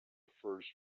first